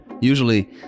Usually